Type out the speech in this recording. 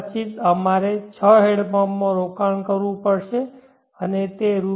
પછી અમારે 6 હેન્ડપંપ માં રોકાણ કરવું પડશે અને તે રૂ